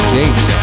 James